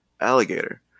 alligator